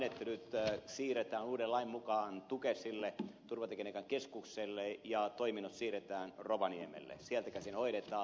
ensinnäkin nämä lupamenettelyt siirretään uuden lain mukaan tukesille turvatekniikan keskukselle ja toiminnot siirretään rovaniemelle sieltä käsin hoidetaan